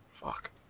Fuck